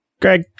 Greg